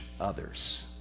others